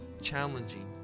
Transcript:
challenging